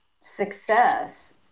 success